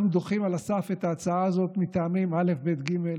אנחנו דוחים על הסף את ההצעה הזאת מטעמים כאלה ואחרים.